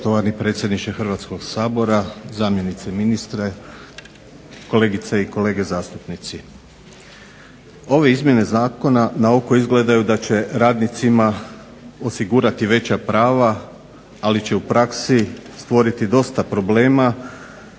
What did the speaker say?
Hrvatskog sabora, zamjenici ministra, kolegice i kolege zastupnici. Ove izmjene zakona naoko izgledaju da će radnicima osigurati veća prava, ali će u praksi stvoriti dosta problema